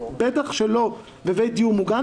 בטח שלא בבית דיור מוגן,